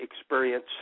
experience